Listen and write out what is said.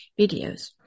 videos